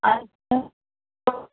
اچھا